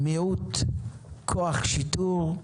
מיעוט כוח שיטור,